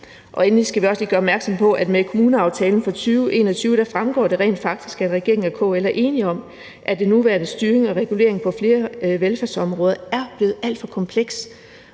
Endelig skal vi også lige gøre opmærksom på, at med kommuneaftalen for 2021 fremgår det rent faktisk, at regeringen og KL er enige om, at den nuværende styring og regulering på flere velfærdsområder er blevet alt for kompleks